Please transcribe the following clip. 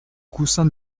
coussins